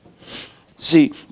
See